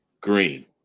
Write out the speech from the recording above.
Green